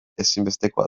ezinbestekoa